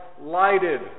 lighted